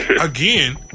again